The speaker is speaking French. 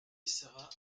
seras